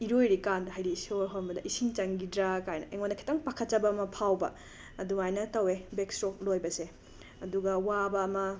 ꯏꯔꯣꯏꯔꯤꯛꯥꯟꯗ ꯍꯥꯏꯗꯤ ꯁꯣꯔ ꯍꯣꯟꯕꯗ ꯏꯁꯤꯡ ꯆꯪꯈꯤꯗ꯭ꯔꯥ ꯀꯥꯏꯅ ꯑꯩꯉꯣꯟꯗ ꯈꯤꯇꯪ ꯄꯥꯈꯠꯆꯕ ꯑꯃ ꯐꯥꯎꯕ ꯑꯗꯨꯃꯥꯏꯅ ꯇꯧꯋꯦ ꯕꯦꯛꯁ꯭ꯇꯣꯛ ꯂꯣꯏꯕꯁꯦ ꯑꯗꯨꯒ ꯋꯥꯕ ꯑꯃ